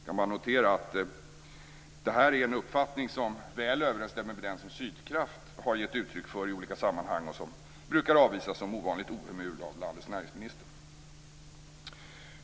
Man kan notera att det är en uppfattning som väl överensstämmer med den som Sydkraft har givit uttryck för i olika sammanhang och som brukar avvisas som ovanligt ohemul av landets näringsminister.